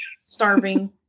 starving